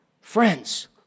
Friends